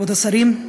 כבוד השרים,